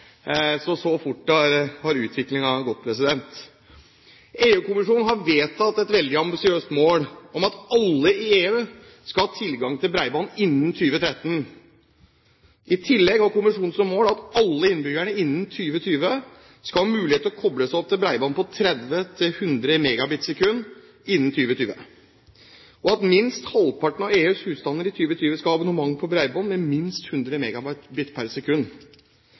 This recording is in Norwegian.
Så fort har utviklingen gått. EU-kommisjonen har vedtatt et veldig ambisiøst mål om at alle i EU skal ha tilgang til bredbånd innen 2013. I tillegg har kommisjonen som mål at alle innbyggerne skal ha mulighet til å koble seg opp til bredbånd på 30–100 Mbit/s innen 2020, og at minst halvparten av EUs husstander i 2020 skal ha abonnement på bredbånd med minst 100